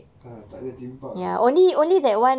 ah tak ada theme park ah